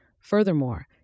Furthermore